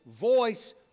voice